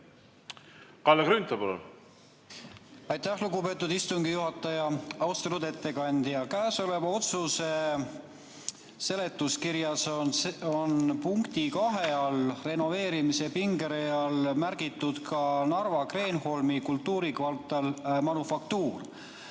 Kalle Grünthal, palun! Aitäh, lugupeetud istungi juhataja! Austatud ettekandja! Käesoleva otsuse seletuskirjas on punkti 2 all renoveerimise pingereas märgitud Narva Kreenholmi kultuurikvartal "Manufaktuur".